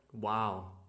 Wow